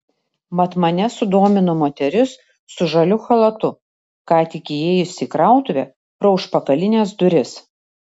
mat mane sudomino moteris su žaliu chalatu ką tik įėjusi į krautuvę pro užpakalines duris